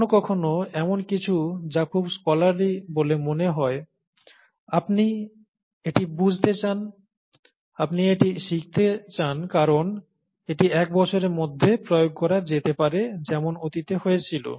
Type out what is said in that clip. কখনও কখনও এমন কিছু যা খুব স্কলারলি বলে মনে হয় আপনি এটি বুঝতে চান আপনি এটি শিখতে চান কারণ এটি এক বছরের মধ্যে প্রয়োগ করা যেতে পারে যেমন অতীতে হয়েছিল